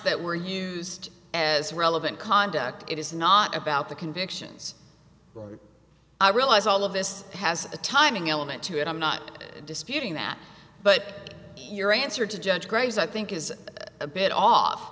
that were used as relevant conduct it is not about the convictions i realize all of this has a timing element to it i'm not disputing that but your answer to judge graves i think is a bit off